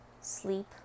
sleep